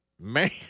Man